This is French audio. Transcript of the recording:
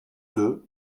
deux